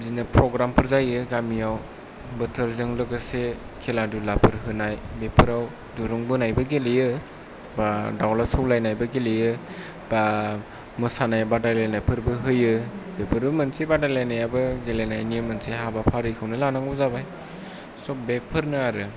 बिदिनो प्रग्रामफोर जायो गामियाव बोथोरजों लोगोसे खेला दुलाफोर होनाय बेफोराव दुरुं बोनायबो गेलेयो एबा दाउला सौलायनायबो गेलेयो एबा मोसानाय बादायलायनायफोरबो होयो बेफोरो मोनसे बादायलायनायाबो गेलेनायनि मोनसे हाबाफारिखौनो लानांगौ जाबाय स' बेफोरनो आरो